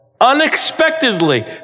unexpectedly